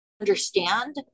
understand